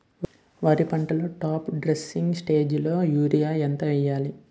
వరి పంటలో top dressing స్టేజిలో యూరియా ఎంత వెయ్యాలి?